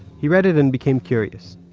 he read it, and became curious.